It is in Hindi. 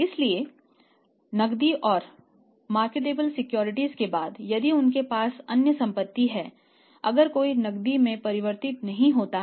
इसलिए नकदी और मार्केटेबल सिक्योरिटीज से अधिक है